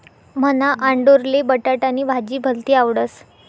मन्हा आंडोरले बटाटानी भाजी भलती आवडस